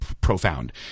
profound